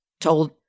told